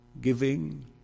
Giving